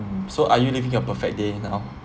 so are you living your perfect day now